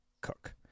cook